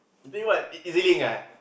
you think what E_Z-link ah